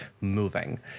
moving